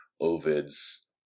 Ovid's